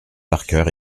parker